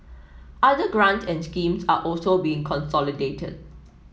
other grants and schemes are also being consolidated